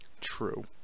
True